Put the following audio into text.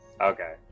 Okay